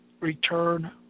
Return